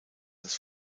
das